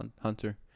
hunter